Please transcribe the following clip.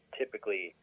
typically